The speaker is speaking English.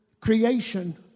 Creation